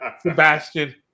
Sebastian